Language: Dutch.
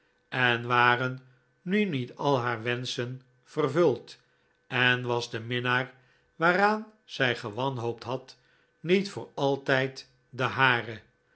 en waren nu niet al haar wenschen vervuld en was de minnaar waaraan zij gewanhoopt had niet voor altijd de hare